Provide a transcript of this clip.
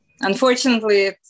Unfortunately